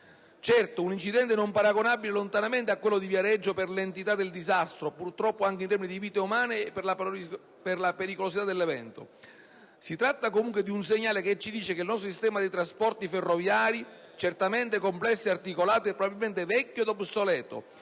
Certo, un incidente non paragonabile neanche lontanamente a quello di Viareggio per l'entità del disastro, anche in termini di vite umane, e la pericolosità dell'evento. Si tratta, comunque, di un segnale che ci dice che il nostro sistema dei trasporti ferroviari, certamente complesso e articolato, è probabilmente vecchio ed obsoleto